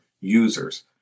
users